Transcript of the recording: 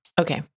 Okay